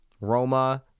Roma